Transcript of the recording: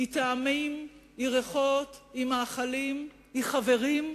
היא טעמים, היא ריחות, היא מאכלים, היא חברים,